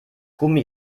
gummi